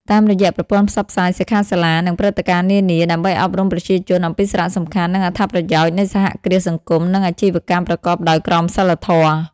តាមរយៈប្រព័ន្ធផ្សព្វផ្សាយ សិក្ខាសាលា និងព្រឹត្តិការណ៍នានា ដើម្បីអប់រំប្រជាជនអំពីសារៈសំខាន់ និងអត្ថប្រយោជន៍នៃសហគ្រាសសង្គម និងអាជីវកម្មប្រកបដោយក្រមសីលធម៌ ។